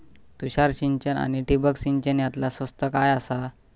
तुषार सिंचन आनी ठिबक सिंचन यातला स्वस्त काय आसा?